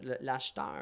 L'acheteur